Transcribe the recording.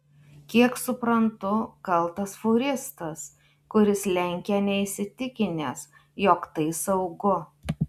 kiek suprantu kaltas fūristas kuris lenkė neįsitikinęs jog tai saugu